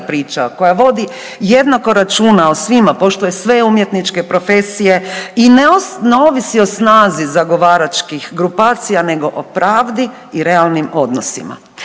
priča koja vodi jednako računa o svima, poštuje sve umjetničke profesije i ne ovisi o snazi zagovaračkih grupacija nego o pravdi i realnim odnosima.